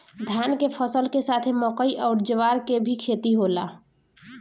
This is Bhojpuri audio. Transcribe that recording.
धान के फसल के साथे मकई अउर ज्वार के भी खेती होला